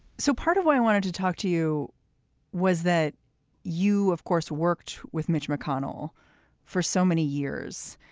so part of why i wanted to talk to you was that you, of course, worked with mitch mcconnell for so many years.